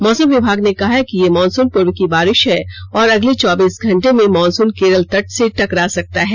मौसम विमाग ने कहा है कि यह मानसुन पुर्व की बारिश है और अगले चौबीस घंटे में मानसून केरल तट से टकरा सकता है